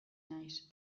naiz